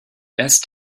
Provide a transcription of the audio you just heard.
best